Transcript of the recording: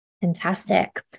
Fantastic